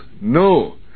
no